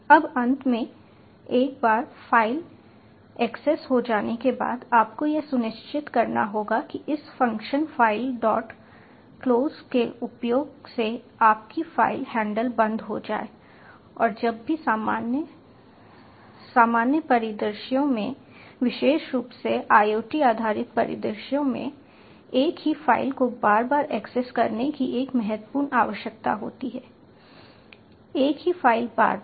अब अंत में एक बार फ़ाइल एक्सेस हो जाने के बाद आपको यह सुनिश्चित करना होगा कि इस फ़ंक्शन फ़ाइल डॉट क्लोज के उपयोग से आपकी फ़ाइल हैंडल बंद हो जाए और जब भी सामान्य सामान्य परिदृश्यों में विशेष रूप से IoT आधारित परिदृश्यों में एक ही फाइल को बार बार एक्सेस करने की एक महत्वपूर्ण आवश्यकता होती है एक ही फाइल बार बार